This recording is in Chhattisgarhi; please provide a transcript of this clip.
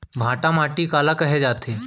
भांटा माटी काला कहे जाथे?